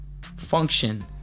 function